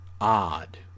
odd